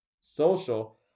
social